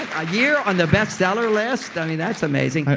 a a year on the best seller list. i mean, that's amazing.